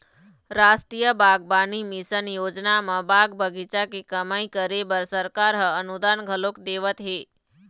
रास्टीय बागबानी मिसन योजना म बाग बगीचा के कमई करे बर सरकार ह अनुदान घलोक देवत हे